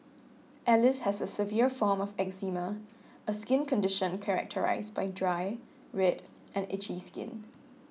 Alice has a severe form of eczema a skin condition characterised by dry red and itchy skin